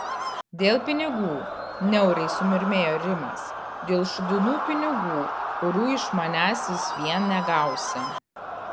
dėl pinigų niauriai sumurmėjo rimas dėl šūdinų pinigų kurių iš manęs vis vien negausi